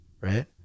right